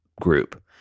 group